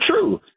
true